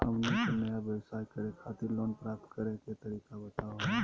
हमनी के नया व्यवसाय करै खातिर लोन प्राप्त करै के तरीका बताहु हो?